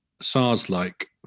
SARS-like